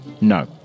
No